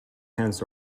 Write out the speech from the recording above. hands